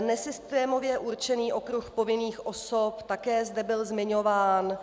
Nesystémově určený okruh povinných osob také zde byl zmiňován.